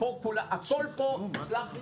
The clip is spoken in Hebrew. הכול פה, תסלח לי,